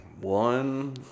One